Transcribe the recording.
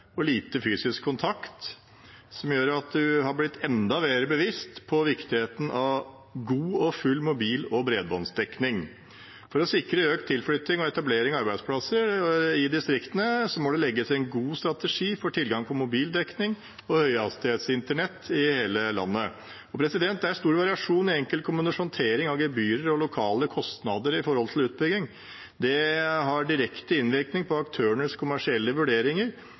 lite fysisk kontakt, noe som gjør at man har blitt enda mer bevisst på viktigheten av god og full mobil- og bredbåndsdekning. For å sikre økt tilflytting og etablering av arbeidsplasser i distriktene må det legges en god strategi for tilgang på mobildekning og høyhastighets internett i hele landet. Det er stor variasjon i enkeltkommuners håndtering av gebyrer og lokale kostnader i forbindelse med utbygging, og det har direkte innvirkning på aktørenes kommersielle vurderinger